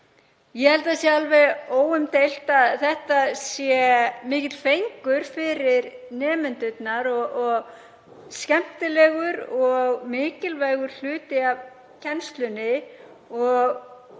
Ég held að það sé alveg óumdeilt að þetta sé mikill fengur fyrir nemendurna og skemmtilegur og mikilvægur hluti af kennslunni. Ég